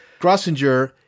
Grossinger